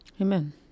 Amen